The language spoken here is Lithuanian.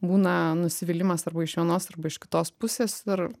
būna nusivylimas arba iš vienos arba iš kitos pusės ir